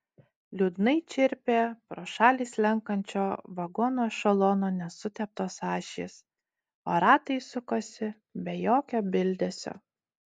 liūdnai čirpė pro šalį slenkančio vagonų ešelono nesuteptos ašys o ratai sukosi be jokio bildesio